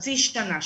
חצי שנה,